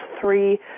three